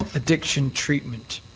addiction treatment.